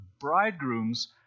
bridegrooms